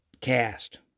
cast